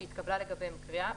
שהתקבלה לגביהם קריאה,